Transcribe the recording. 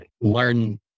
learn